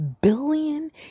billion